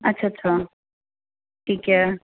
ਅੱਛਾ ਅੱਛਾ ਠੀਕ ਹੈ